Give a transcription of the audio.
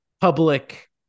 public